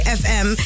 fm